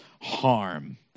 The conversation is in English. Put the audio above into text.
harm